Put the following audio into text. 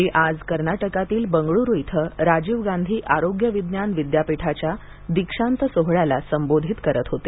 ते आज कर्नाटकातील बंगळूरू इथ राजीव गांधी आरोग्य विज्ञान विद्यापीठाच्या दीक्षांत सोहळ्याला संबोधित करत होते